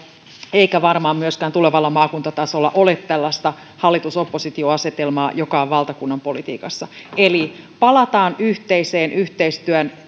eikä varmaan myöskään tulevalla maakuntatasolla ole tällaista hallitus oppositio asetelmaa joka on valtakunnan politiikassa eli palataan yhteiseen yhteistyön